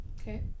Okay